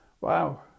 Wow